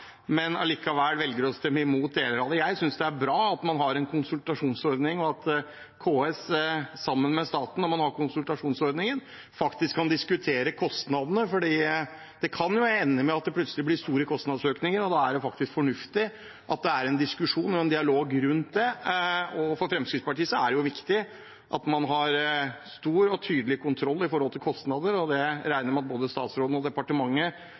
men allikevel velger å stemme imot deler av det. Jeg synes det er bra at man har en konsultasjonsordning, og at KS sammen med staten, når man har den konsultasjonsordningen, faktisk kan diskutere kostnadene. Det kan ende med at det plutselig blir store kostnadsøkninger, og da er det fornuftig at det er en diskusjon og en dialog rundt det. For Fremskrittspartiet er det viktig at man har stor og tydelig kontroll i forbindelse med kostnader, og det regner jeg med at både statsråden og departementet